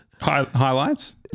Highlights